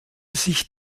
sich